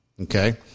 Okay